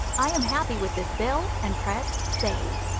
i am happy with this bill and press save.